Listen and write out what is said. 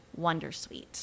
Wondersuite